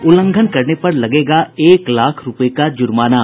उल्लंघन करने पर लगेगा एक लाख रूपये का जुर्माना